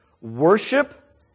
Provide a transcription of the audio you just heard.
worship